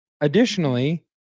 additionally